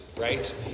right